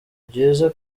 byiza